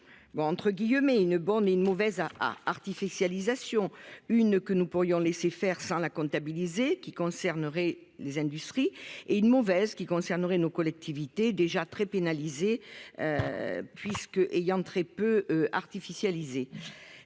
entre guillemets une bonne et une mauvaise a. Artificialisation une que nous pourrions laisser faire sans la comptabiliser qui concernerait les industries et une mauvaise qui concernerait nos collectivités déjà très pénalisés. Puisque ayant très peu artificialiser.